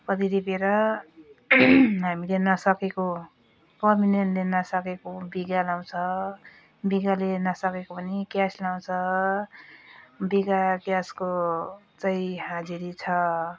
पत्ती टिपेर हामीले नसकेको परमनेन्टले नसकेको बिगा लगाउँछ बिगाले नसकेको पनि क्यास लगाउँछ बिगा क्यासको चाहिँ हाजिरी छ